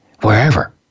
wherever